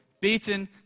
beaten